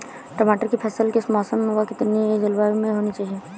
टमाटर की फसल किस मौसम व कितनी जलवायु में होनी चाहिए?